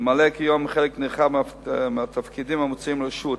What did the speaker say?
ממלא כיום חלק נרחב מהתפקידים המוצעים לרשות.